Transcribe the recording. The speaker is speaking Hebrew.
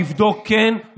לבדוק כן,